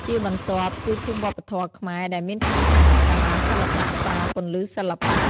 ជាបន្ទាប់គឺភូមិវប្បធម៌ខ្មែរដែលមានឈ្មោះថា សាលាសិល្បៈហ្វារពន្លឺសិល្បៈ។